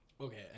Okay